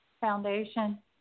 Foundation